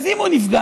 אז אם הוא נפגע,